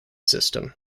system